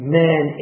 man